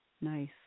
Nice